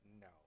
No